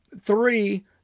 three